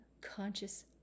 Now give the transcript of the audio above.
conscious